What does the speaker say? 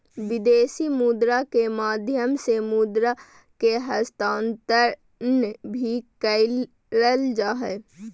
विदेशी मुद्रा के माध्यम से मुद्रा के हस्तांतरण भी करल जा हय